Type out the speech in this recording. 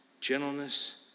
gentleness